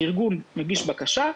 הארגון מגיש בקשה,